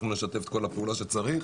אנחנו נשתף כל פעולה שצריך.